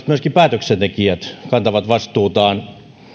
myöskin kreikkalaiset päätöksentekijät kantavat vastuutaan